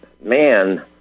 man